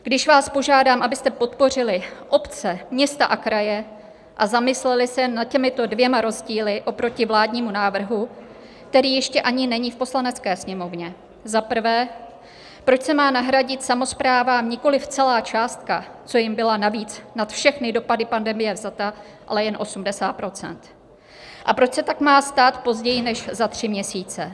Když vás požádám, abyste podpořili obce, města a kraje, a zamysleli se nad těmito dvěma rozdíly oproti vládnímu návrhu, který ještě ani není v Poslanecké sněmovně: za prvé, proč se má nahradit samosprávám nikoliv celá částka, co jim byla navíc nad všechny dopady pandemie vzata, ale jen 80 %, a proč se tak má stát později než za tři měsíce?